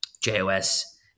JOS